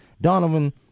Donovan